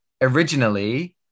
Originally